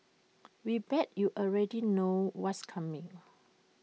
we bet you already know what's coming